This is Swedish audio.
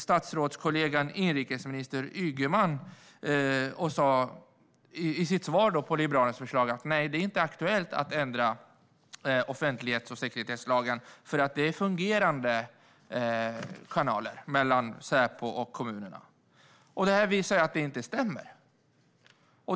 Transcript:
Statsrådskollegan, inrikesminister Ygeman, sa i sitt svar på Liberalernas förslag att det inte var aktuellt att ändra offentlighets och sekretesslagen, eftersom kanalerna mellan Säpo och kommunerna är fungerande. Detta visar dock att det inte stämmer.